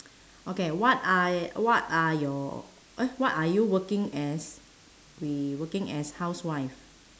okay what are what are your eh what are you working as we working as housewife